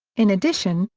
in addition,